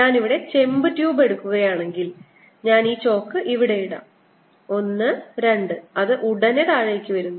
ഞാൻ ഇവിടെ ചെമ്പ് ട്യൂബ് എടുക്കുകയാണെങ്കിൽ ഞാൻ ഈ ചോക്ക് ഇവിടെ ഇടാം 1 2 അത് ഉടനെ താഴേക്ക് വരുന്നു